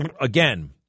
again